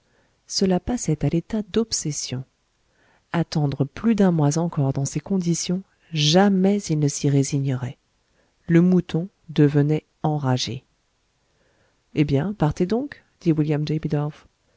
cela passait à l'état d'obsession attendre plus d'un mois encore dans ces conditions jamais il ne s'y résignerait le mouton devenait enragé eh bien partez donc dit